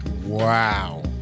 Wow